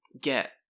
get